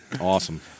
awesome